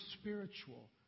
spiritual